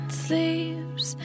sleeps